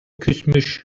küsmüş